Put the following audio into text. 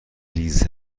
ریز